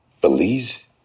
Belize